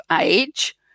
age